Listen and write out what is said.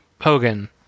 Hogan